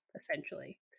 essentially